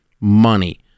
money